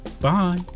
Bye